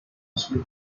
ashley